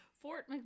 Fort